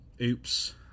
oops